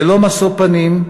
ללא משוא פנים,